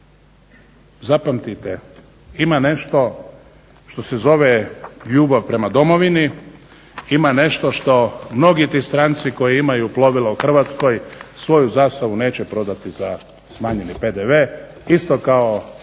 Zapamtite ima nešto što se zove ljubav prema domovini, ima nešto što mnogi ti stranci koji imaju plovilo u Hrvatskoj svoju zastavu neće prodati za smanjeni PDV, isto kao